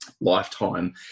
lifetime